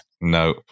No